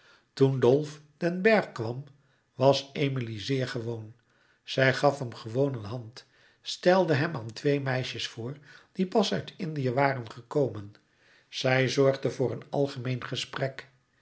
dolf den bergh kwam was emilie zeer gewoon zij gaf hem gewoon een hand stelde hem aan twee meisjes voor die pas uit indië waren gekomen zij zorgde voor een algemeen gesprek